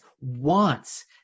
wants